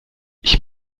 ich